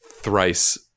thrice-